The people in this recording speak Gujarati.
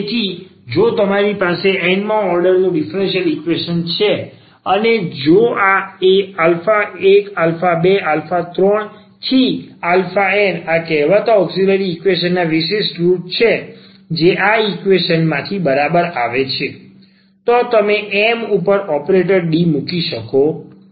તેથી જો તમારી પાસે n માં ઓર્ડર નું ડીફરન્સીયલ ઈક્વેશન છે અને જો આ 12 3n આ કહેવાતા ઔક્ષીલરી ઈક્વેશન ના વિશિષ્ટ રુટ છે જે આ ઈક્વેશન માંથી બરાબર આવે છે તો તમે m ઉપર ઓપરેટર d મૂકી શકો છો